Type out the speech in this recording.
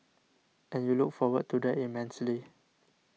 and you look forward to that immensely